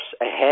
ahead